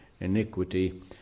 iniquity